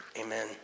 amen